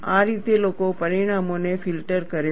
આ રીતે લોકો પરિણામોને ફિલ્ટર કરે છે